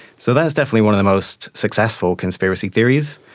so that is definitely one of the most successful conspiracy theories.